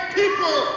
people